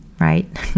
right